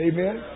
Amen